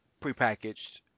prepackaged